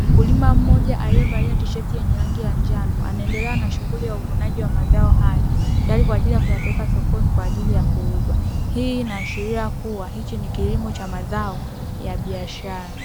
Mkulima mmoja aliyevalia tisheti yenye rangi ya njano anaendelea na shughuli ya uvunaji wa mazao hayo, tayari kwa ajili ya kuyapeleka sokoni kwa ajili ya kuuzwa. Hii inaashiria kuwa hichi ni kilimo cha mazao ya biashara.